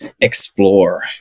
explore